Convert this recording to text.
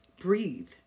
breathe